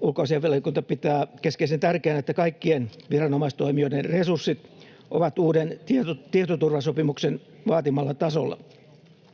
ulkoasiainvaliokunta pitää keskeisen tärkeänä, että kaikkien viranomaistoimijoiden resurssit ovat uuden tietoturva-sopimuksen vaatimalla tasolla.